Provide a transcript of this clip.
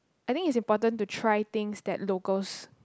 I think it's important to try things that locals